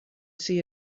see